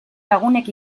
lagunek